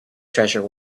treasure